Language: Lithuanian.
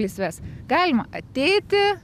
lysves galima ateiti